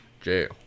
jail